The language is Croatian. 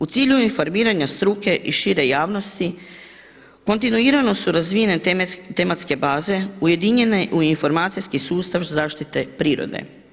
U cilju informiranja struke i šire javnosti kontinuirano su razvijene tematske baze ujedinjene u informacijski sustav zaštite prirode.